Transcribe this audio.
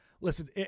listen